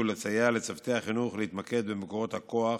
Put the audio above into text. לסייע לצוותי החינוך להתמקד במקורות הכוח,